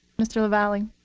mr. lavalley.